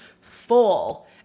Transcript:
full